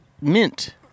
mint